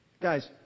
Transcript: Guys